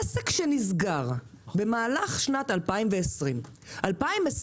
עסק שנסגר במהלך שנת 2020,2021,